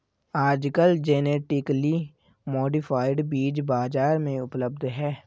आजकल genetically modified बीज बाजार में उपलब्ध है